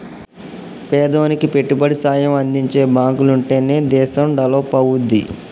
పేదోనికి పెట్టుబడి సాయం అందించే బాంకులుంటనే దేశం డెవలపవుద్ది